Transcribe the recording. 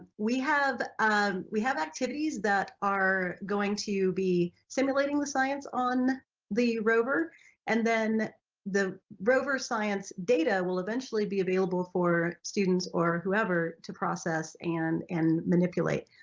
we have ah we have activities that are going to be simulating the science on the rover and then the rover science data will eventually be available for students or whoever to process and and manipulate,